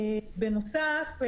בנוסף,